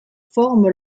forme